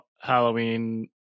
halloween